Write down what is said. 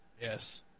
Yes